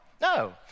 No